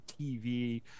tv